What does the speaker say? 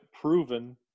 proven